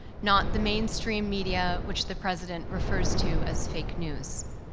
not the mainstream media, which the president refers to as fake news.